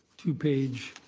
two-page,